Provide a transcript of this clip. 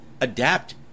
adapt